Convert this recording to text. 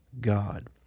God